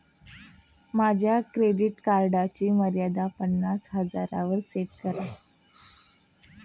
माझ्या क्रेडिट कार्डची मर्यादा पन्नास हजारांवर सेट करा